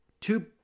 two